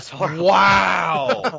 Wow